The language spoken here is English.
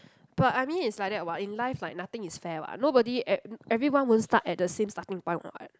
but I mean it's like that [what] in life like nothing is fair [what] nobody uh everyone won't start at the same starting point [what]